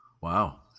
Wow